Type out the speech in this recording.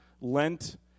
Lent